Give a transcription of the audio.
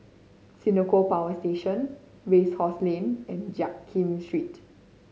Senoko Power Station Race Course Lane and Jiak Kim Street